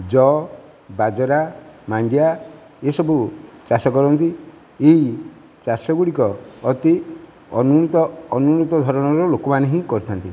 ଜଅ ବାଜେରା ମାଣ୍ଡିଆ ଏହିସବୁ ଚାଷ କରନ୍ତି ଏହି ଚାଷ ଗୁଡ଼ିକ ଅତି ଅନ୍ୟୂତ ଅନ୍ୟୂତ ଧରଣର ଲୋକମାନେ ହିଁ କରିଥାନ୍ତି